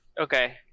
okay